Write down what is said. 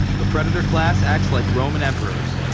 the predator class acts like roman emperors,